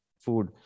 food